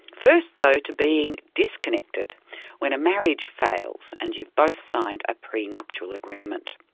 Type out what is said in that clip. first, though, to being disconnected when a marriage fails and you've both signed a prenuptial agreement.